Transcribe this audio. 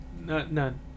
none